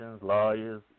lawyers